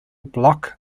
block